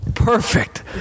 Perfect